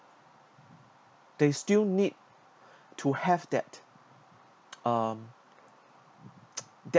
they still need to have that uh that